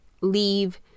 leave